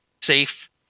safe